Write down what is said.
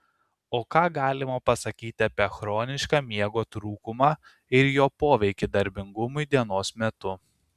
o ką galima pasakyti apie chronišką miego trūkumą ir jo poveikį darbingumui dienos metu